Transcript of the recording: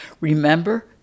Remember